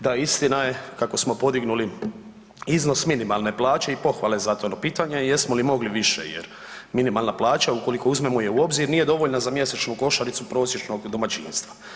Da istina je kako smo podignuli iznos minimalne plaće i pohvale za to, no pitanje je jesmo li mogli više jer minimalna plaća ukoliko uzmemo je u obzir nije dovoljna za mjesečnu košaricu prosječnog domaćinstva.